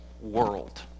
world